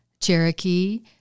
Cherokee